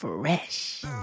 Fresh